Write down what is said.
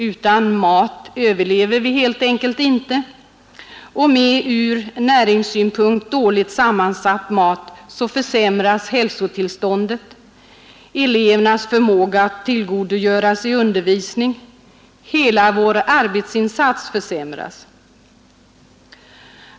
Utan mat överlever vi helt enkelt inte, och med ur näringssynpunkt dåligt sammansatt mat försämras hälsotillståndet. Elevernas förmåga att tillgodogöra sig undervisningen minskar, allas vår arbetsinsats försämras.